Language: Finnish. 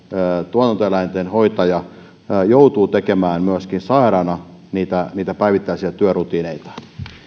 tuotantoeläinten hoitaja joutuu tekemään myöskin sairaana päivittäisiä työrutiineitaan